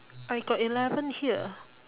I got eleven here